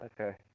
okay